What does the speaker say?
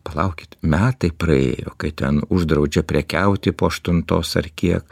palaukit metai praėjo kai ten uždraudžia prekiauti po aštuntos ar kiek